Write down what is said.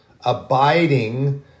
Abiding